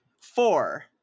Four